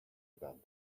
about